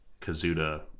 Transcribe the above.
Kazuda